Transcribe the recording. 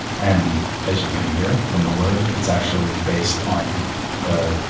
and as you can hear from the word, it's actually based on the,